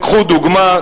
קחו דוגמה,